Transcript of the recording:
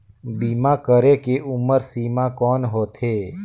बीमा करे के उम्र सीमा कौन होथे?